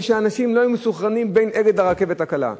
כשאנשים לא היו מסונכרנים בין "אגד" לרכבת הקלה.